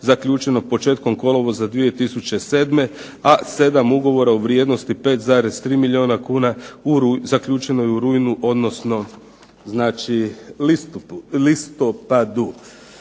zaključeno početkom kolovoza 2007. a 7 ugovora u vrijednosti 5,3 milijuna kuna zaključenoj u rujnu odnosno listopadu.